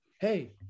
Hey